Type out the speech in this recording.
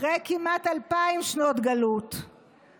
אחרי כמעט אלפיים שנות גלות,